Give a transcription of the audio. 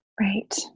Right